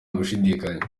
gushidikanya